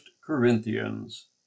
Corinthians